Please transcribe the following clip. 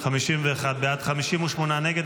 58 נגד.